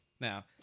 now